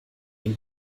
den